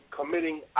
committing